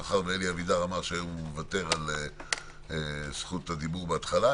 מאחר שאלי אבידר אמר שהיום הוא מוותר על זכות הדיבור בהתחלה,